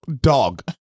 Dog